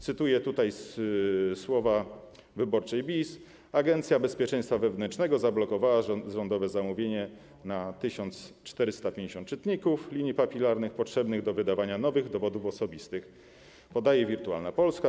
Cytuję słowa z portalu Wyborcza.biz: „Agencja Bezpieczeństwa Wewnętrznego zablokowała rządowe zamówienie na 7450 czytników linii papilarnych potrzebnych do wydawania nowych dowodów osobistych - podaje Wirtualna Polska.